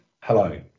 Hello